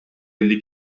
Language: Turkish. elli